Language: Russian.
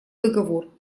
договор